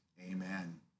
amen